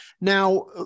Now